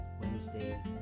Wednesday